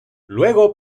luego